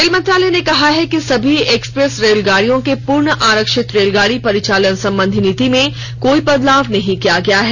rail मंत्रालय ने कहा है कि सभी एक्सप्रेस रेलगाडियों के पूर्ण आरक्षित रेलगाडी परिचालन संबंधी नीति में कोई बदलाव नहीं किया गया है